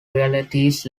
realities